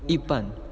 一半